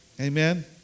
Amen